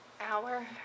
hour